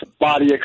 body